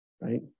right